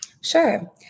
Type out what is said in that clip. Sure